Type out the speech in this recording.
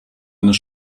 eines